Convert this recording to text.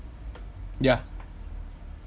ya